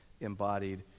embodied